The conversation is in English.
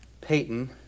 Payton